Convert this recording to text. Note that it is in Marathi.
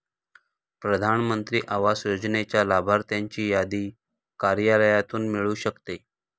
प्रधान मंत्री आवास योजनेच्या लाभार्थ्यांची यादी कार्यालयातून मिळू शकते